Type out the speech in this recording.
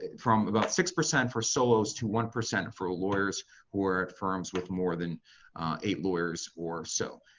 from about six percent for solos, to one percent for ah lawyers who are at firms with more than eight lawyers or so.